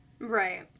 Right